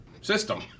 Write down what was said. system